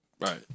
Right